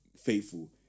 faithful